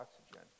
oxygen